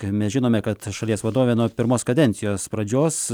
mes žinome kad šalies vadovė nuo pirmos kadencijos pradžios